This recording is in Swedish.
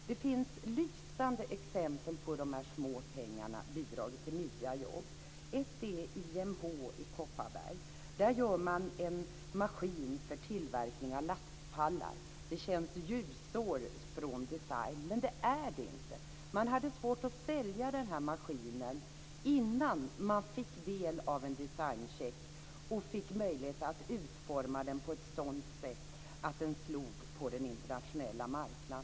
Det finns lysande exempel på att de här små pengarna bidragit till nya jobb. Ett är IMH i Kopparberg. Där gör man en maskin för tillverkning av lastpallar. Det känns som ljusår från design, men det är det inte. Man hade svårt att sälja den här maskinen innan man fick del av en designcheck och fick möjlighet att utforma produkten på ett sådant sätt att den slog på den internationella marknaden.